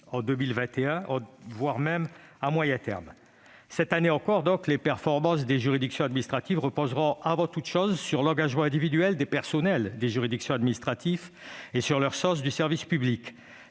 en 2021 ni même à moyen terme. Cette année encore, les performances des juridictions administratives reposeront avant toutes choses sur l'engagement individuel des personnels des juridictions administratives et sur leur sens du service public.